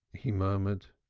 he murmured.